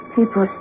People